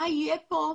מה יהיה פה?